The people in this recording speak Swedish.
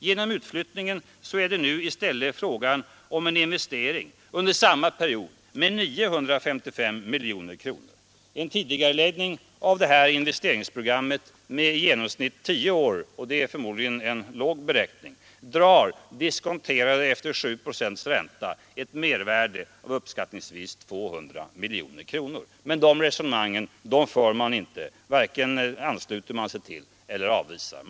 Genom utflyttningarna är det nu i stället fråga om en investering under samma period på 955 miljoner kronor. En tidigareläggning av det här investeringsprogrammet med i genomsnitt tio år — och det är förmodligen en låg beräkning — drar, diskonterad efter 7 procents ränta, ett mervärde av uppskattningsvis 200 miljoner kronor. Men de resonemangen förs inte — man varken ansluter sig till eller avvisar dem.